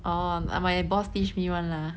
orh uh my boss teach me one lah